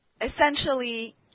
essentially